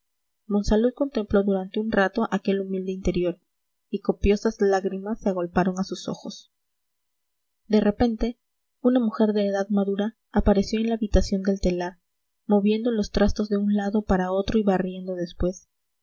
telar monsalud contempló durante un rato aquel humilde interior y copiosas lágrimas se agolparon a sus ojos de repente una mujer de edad madura apareció en la habitación del telar moviendo los trastos de un lado para otro y barriendo después